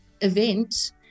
event